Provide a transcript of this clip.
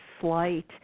slight